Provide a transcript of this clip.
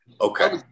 Okay